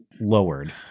lowered